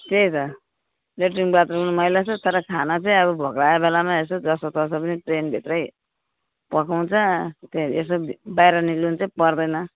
त्यही त latrine bathroom मैला छ तर खाना चाहिँ अब भोक लागेको बेलामा यसो जसो तसो पनि ट्रेनभित्रै पकाउँछ त्यो यसो बाहिर निक्लिनु चाहिँ पर्दैन